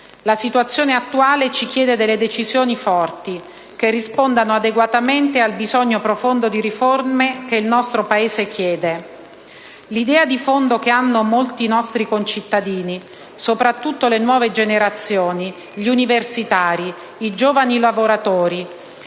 La situazione attuale ci chiede delle decisioni forti, che rispondano adeguatamente al bisogno profondo di riforme che il nostro Paese chiede. L'idea di fondo che hanno molti nostri concittadini, soprattutto le nuove generazioni, gli universitari e i giovani lavoratori,